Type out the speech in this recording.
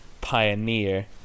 Pioneer